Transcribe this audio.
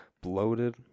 bloated